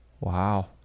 Wow